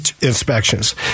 inspections